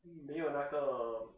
没有那个